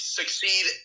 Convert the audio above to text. succeed